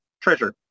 treasure